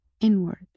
inward